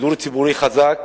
שידור ציבורי חזק